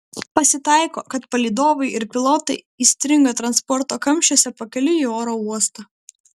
pasitaiko kad palydovai ir pilotai įstringa transporto kamščiuose pakeliui į oro uostą